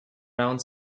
around